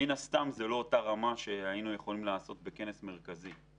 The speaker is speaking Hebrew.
מן הסתם זו לא אותה רמה שיינו יכולים לעשות בכנס מרכזי.